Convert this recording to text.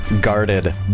guarded